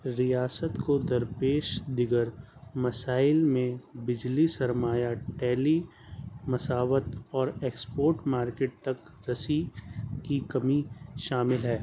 ریاست کو درپیش دگر مسائل میں بجلی سرمایہ ٹیلی مساوت اور ایکسپورٹ مارکیٹ تک رسی کی کمی شامل ہے